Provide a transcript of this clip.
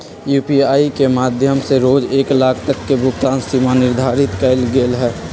UPI के माध्यम से रोज एक लाख तक के भुगतान सीमा निर्धारित कएल गेल हइ